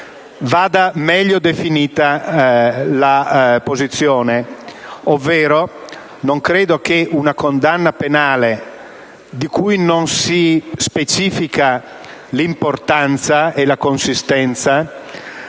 vada meglio definita la posizione, ovvero non credo che una condanna penale, di cui non si specificano l'importanza e la consistenza,